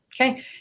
Okay